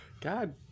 God